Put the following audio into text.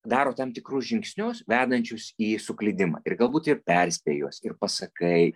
daro tam tikrus žingsnius vedančius į suklydimą ir galbūt ir perspėji juos ir pasakai